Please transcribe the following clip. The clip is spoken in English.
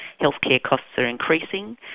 health care costs are increasing,